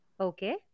Okay